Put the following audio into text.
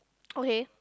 okay